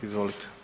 Izvolite.